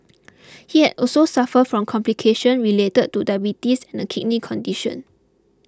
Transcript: he had also suffered from complications related to diabetes and a kidney condition